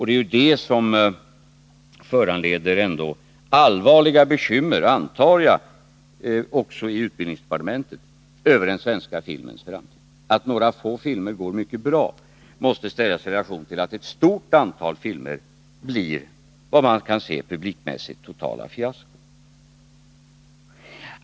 Det är det som föranleder allvarliga bekymmer — även i utbildningsdepartementet, antar jag — över den svenska filmens framtid. Att några få filmer går mycket bra måste ställas i relation till att ett stort antal filmer blir publikmässigt totala fiaskon.